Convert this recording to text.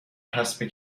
حسب